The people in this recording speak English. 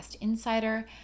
Insider